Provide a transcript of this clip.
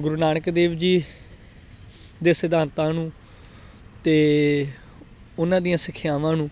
ਗੁਰੂ ਨਾਨਕ ਦੇਵ ਜੀ ਦੇ ਸਿਧਾਂਤਾਂ ਨੂੰ ਅਤੇ ਉਹਨਾਂ ਦੀਆਂ ਸਿੱਖਿਆਵਾਂ ਨੂੰ